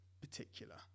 particular